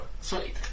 Sweet